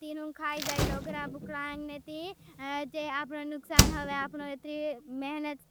तीनों खाई जाई डोग्रां बुक्ड।